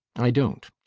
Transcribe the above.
i don't.